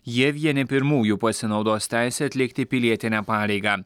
jie vieni pirmųjų pasinaudos teise atlikti pilietinę pareigą